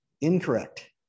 Incorrect